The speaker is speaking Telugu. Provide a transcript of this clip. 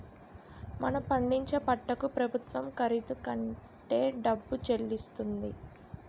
మనం పండించే పంటకు ప్రభుత్వం ఖరీదు కట్టే డబ్బు చెల్లిస్తుంది